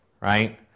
right